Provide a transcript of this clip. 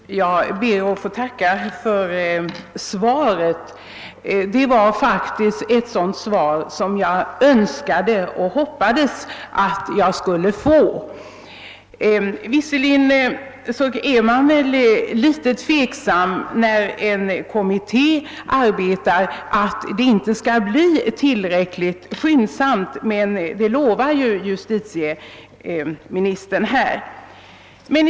Herr talman! Jag ber att få tacka för svaret — det var faktiskt ett sådant svar som jag hoppades att jag skulle få. Visserligen är man väl litet tveksam, när en kommitté arbetar, att ärendet inte skall behandlas tillräckligt skyndsamt, men justitieministern lovar ju att så skall ske.